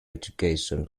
education